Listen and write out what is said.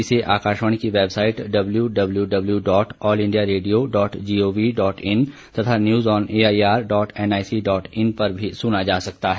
इसे आकाशवाणी की website W W W dot All India Radio dot G O V dot in तथा news on A I R dot N I C dot in पर भी सुना जा सकता है